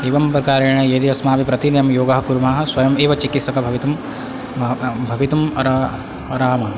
एवं प्रकारेण यदि अस्माभिः प्रतिदिनं योगः कुर्मः स्वयम् एव चिकित्सकः भवितुं भवितुम् अर्हा अर्हामः